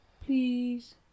Please